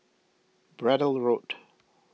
Braddell Road